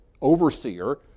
overseer